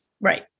right